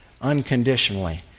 unconditionally